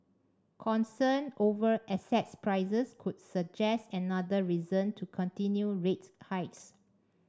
concern over asset prices could suggest another reason to continue rate hikes